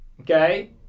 Okay